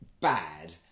Bad